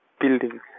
building